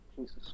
Jesus